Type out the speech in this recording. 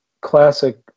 classic